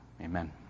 Amen